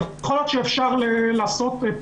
--- שאפשר לעשות,